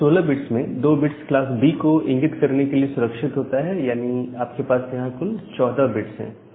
इन 16 bits में 2 bits class B को इंगित करने के लिए सुरक्षित होता है यानी आपके पास यहां कुल 14 बिट्स है